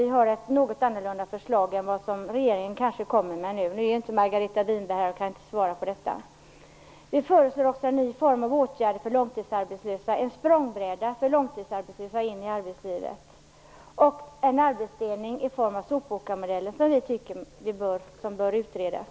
Vi har ett något annorlunda förslag än vad regeringen har. Nu är inte Margareta Winberg här för att svara på frågor. Vi förutser en ny form av åtgärder för långtidsarbetslösa - en språngbräda för långtidsarbetslösa in i arbetslivet. Vi tycker också att man bör utreda en arbetsdelning i form av sopåkarmodellen.